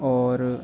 اور